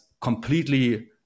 completely